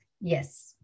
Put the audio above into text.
Yes